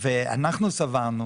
ואנחנו סברנו